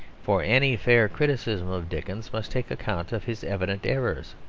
for any fair criticism of dickens must take account of his evident errors,